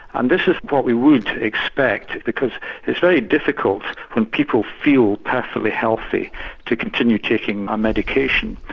and this is what we would expect because it's very difficult when people feel perfectly healthy to continue taking a medication.